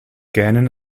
gähnen